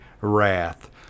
wrath